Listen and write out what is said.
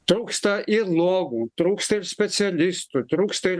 trūksta ir lovų trūksta ir specialistų trūksta ir